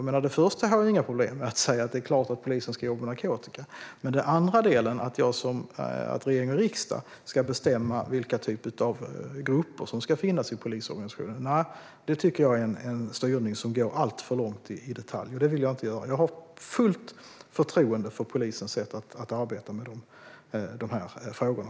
Det första har jag inga problem med, alltså att det är klart att polisen ska jobba med narkotikabrott. Men den andra delen, att regering och riksdag ska bestämma vilka typer av grupper som ska finnas i polisorganisationen, tycker jag är en styrning som går alltför långt i detalj. Det vill jag inte göra. Jag har fullt förtroende för polisens sätt att arbeta med dessa frågor.